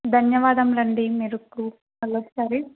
ధన్యవాదములు అండి మీకు మళ్ళీ ఒకసారి